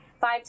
five